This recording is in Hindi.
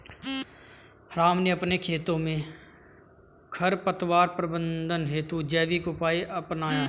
राम ने अपने खेतों में खरपतवार प्रबंधन हेतु जैविक उपाय अपनाया है